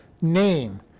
name